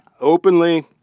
openly